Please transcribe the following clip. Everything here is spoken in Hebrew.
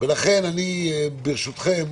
ולכן ברשותכם,